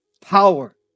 power